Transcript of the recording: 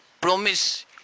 promise